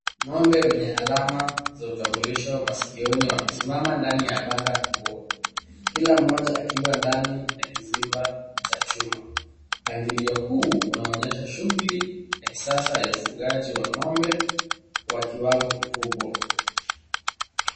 Ng'ombe wenye alama za utambulisho masikioni, wamesimama ndani ya banda kubwa. Kila mmoja akiwa ndani ya kizimba cha chuma. Mpangilio huu unaonyesha shughuli ya kisasa, ya ufugaji wa ng'ombe wa kiwango kikubwa.